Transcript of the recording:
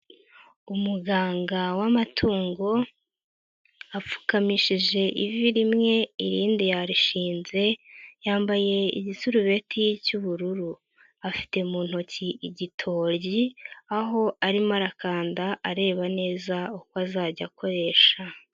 Umuganga w'amatungo apfukamishije ivi rimwe irindi yarishinze yambaye igisurubeti cy'ubururu, afite mu ntoki igitoryi aho arimo arakanda areba neza uko azajya akoresha.